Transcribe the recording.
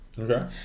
Okay